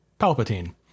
Palpatine